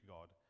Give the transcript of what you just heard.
God